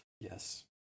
Yes